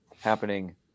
happening